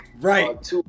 Right